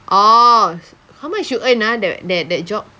oh how much you earn ah that that that job